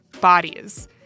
bodies